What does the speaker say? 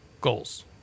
goals